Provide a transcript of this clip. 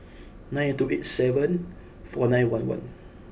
nine eight two eight seven four nine one one